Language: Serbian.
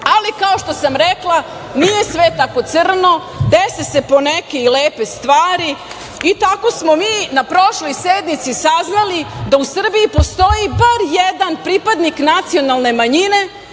što sam rekla, nije sve tako crno, dese se poneke i lepe stvari. Tako smo mi na prošloj sednici saznali da u Srbiji postoji bar jedan pripadnik nacionalne manjine